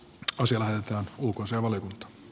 itkoselle on lukuisia valitusta